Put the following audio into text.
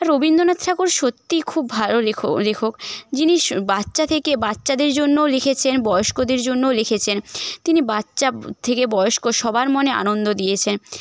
রবীন্দ্রনাথ ঠাকুর সত্যিই খুব ভালো লেখ লেখক যিনি বাচ্চা থেকে বাচ্চাদের জন্যও লিখেছেন বয়স্কদের জন্যও লিখেছেন তিনি বাচ্চা থেকে বয়স্ক সবার মনে আনন্দ দিয়েছেন